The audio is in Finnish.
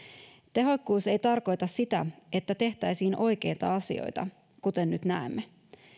tehokkuus ei tarkoita sitä että tehtäisiin oikeita asioita kuten nyt näemme